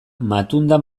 matunda